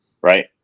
right